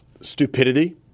stupidity